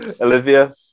Olivia